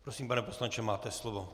Prosím, pane poslanče, máte slovo.